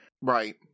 Right